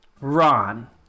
Ron